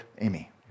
Amy